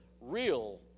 real